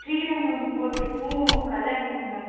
ஸ்ரீரங்கம் கோவிலுக்கும் கல்லணைக்கும் மேம்